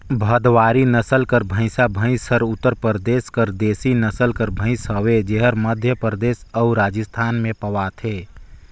भदवारी नसल कर भंइसा भंइस हर उत्तर परदेस कर देसी नसल कर भंइस हवे जेहर मध्यपरदेस अउ राजिस्थान में पवाथे